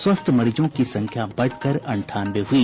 स्वस्थ मरीजों की संख्या बढ़कर अंठानवे हुई